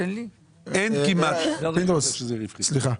פינדרוס, סליחה.